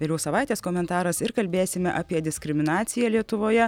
vėliau savaitės komentaras ir kalbėsime apie diskriminaciją lietuvoje